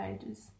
pages